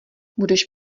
budeš